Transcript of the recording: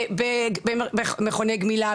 במכוני גמילה,